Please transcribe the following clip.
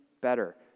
better